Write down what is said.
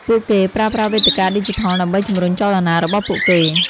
ពួកគេប្រើប្រាស់វេទិកាឌីជីថលដើម្បីជំរុញចលនារបស់ពួកគេ។